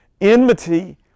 enmity